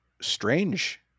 Strange